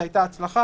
זה הצליח,